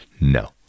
no